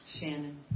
Shannon